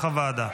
כנוסח הוועדה.